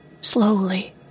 slowly